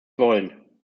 wollen